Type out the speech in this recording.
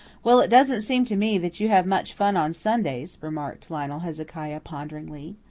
well, it doesn't seem to me that you have much fun on sundays, remarked lionel hezekiah ponderingly.